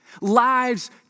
Lives